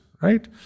right